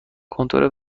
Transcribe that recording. کنتور